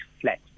flat